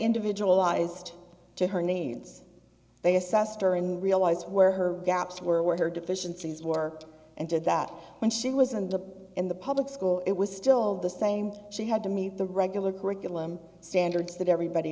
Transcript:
individualized to her needs they assessed her and realized where her gaps were where her deficiencies worked and did that when she wasn't in the public school it was still the same she had to meet the regular curriculum standards that everybody